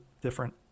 different